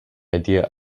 idea